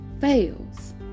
fails